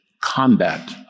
combat